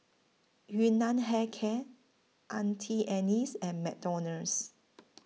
Yun Nam Hair Care Auntie Anne's and McDonald's